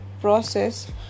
process